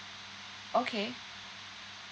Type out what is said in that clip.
okay